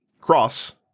cross